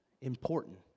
important